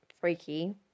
freaky